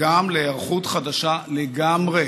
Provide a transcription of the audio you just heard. וגם להיערכות חדשה לגמרי